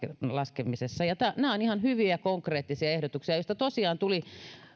laskemisessa nämä ovat ihan hyviä konkreettisia ehdotuksia joista tosiaan tuli